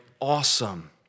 awesome